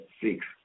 six